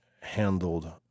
handled